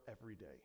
everyday